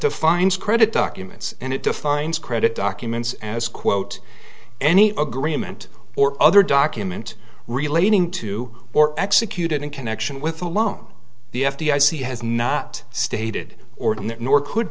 defines credit documents and it defines credit documents as quote any agreement or other document relating to or executed in connection with a loan the f d i c has not stated or done that nor could